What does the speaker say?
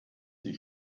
sie